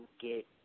get